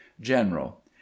general